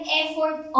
effort